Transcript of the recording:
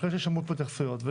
אחרי ששמעו פה התייחסויות.